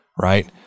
right